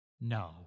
No